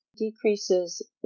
decreases